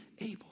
able